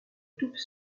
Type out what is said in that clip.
tout